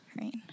Right